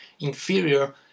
inferior